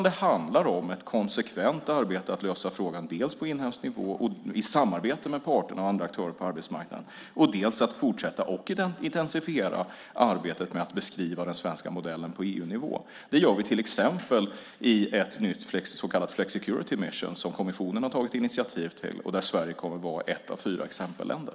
Det handlar om ett konsekvent arbete med att lösa frågan på inhemsk nivå i samarbete med parterna och andra aktörer på arbetsmarknaden samt att fortsätta och intensifiera arbetet med att beskriva den svenska modellen på EU-nivå. Det gör vi till exempel i ett nytt så kallat flexicurity mission , som kommissionen har tagit initiativ till och där Sverige kommer att vara ett av fyra exempelländer.